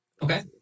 Okay